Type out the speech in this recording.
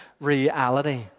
reality